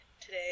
Today